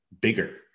bigger